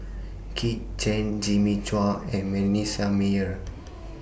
Kit Chan Jimmy Chua and Manasseh Meyer